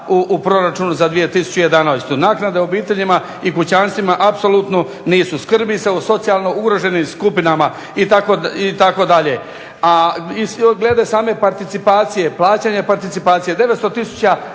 u proračunu za 2011. naknade obiteljima i pučanstvima apsolutno nisu. Skrbi socijalno ugroženim skupinama itd. A glede same participacije, plaćanja participacije. 900000